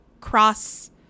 cross